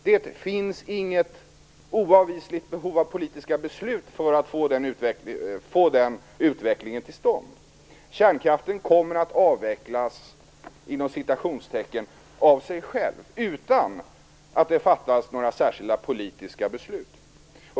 Det finns inget oavvisligt behov av politiska beslut för att få den utvecklingen till stånd. Kärnkraften kommer att avvecklas "av sig själv", utan att det fattas några särskilda politiska beslut.